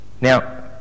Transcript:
Now